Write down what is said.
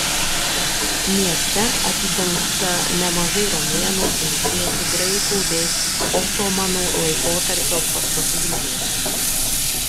mieste atidengta nemažai romėnų finikiečių graikų bei otomanų laikotarpio pastatų griuvėsių